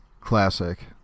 Classic